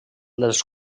dels